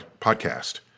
podcast